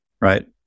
Right